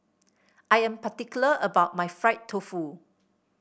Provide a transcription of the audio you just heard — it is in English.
I am particular about my Fried Tofu